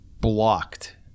blocked